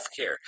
healthcare